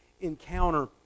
encounter